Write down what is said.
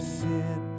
sin